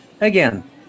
again